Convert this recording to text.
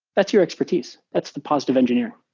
that's your expertise. that's the positive engineering.